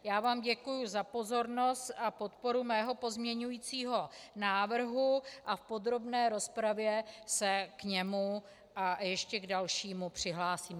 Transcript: Já vám děkuji za pozornost a podporu mého pozměňovacího návrhu a v podrobné rozpravě se k němu a ještě k dalšímu přihlásím.